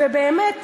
ובאמת,